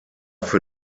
für